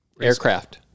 aircraft